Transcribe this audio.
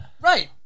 Right